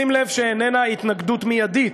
שים לב שזו איננה התנגדות מיידית,